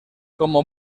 como